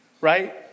Right